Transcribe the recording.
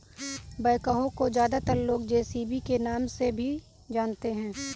backhoe को ज्यादातर लोग जे.सी.बी के नाम से भी जानते हैं